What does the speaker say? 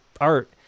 art